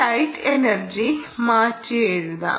ഈ light energy മാറ്റിയെഴുതാം